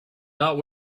out